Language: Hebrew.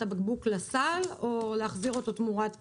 הבקבוק לסל או להחזיר אותו תמורת פיקדון?